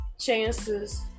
chances